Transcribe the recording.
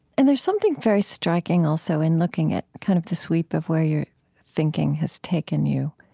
and there's something very striking also in looking at kind of the sweep of where your thinking has taken you,